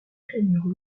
rainures